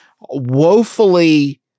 woefully